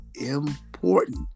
important